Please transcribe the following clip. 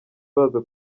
baza